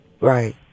Right